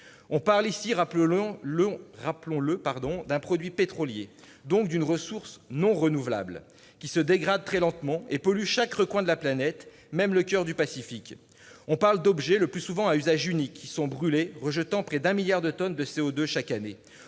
On parle ici, rappelons-le, d'un produit pétrolier, donc d'une ressource non renouvelable, qui se dégrade très lentement et pollue chaque recoin de la planète, même le coeur du Pacifique. On parle d'objets, le plus souvent à usage unique, qui sont brûlés, ce qui rejette près d'un milliard de tonnes de CO2 chaque année.